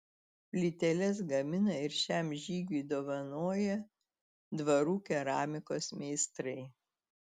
plyteles gamina ir šiam žygiui dovanoja dvarų keramikos meistrai